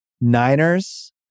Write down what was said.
Niners